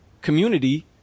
community